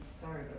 sorry